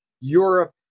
Europe